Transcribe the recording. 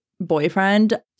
boyfriend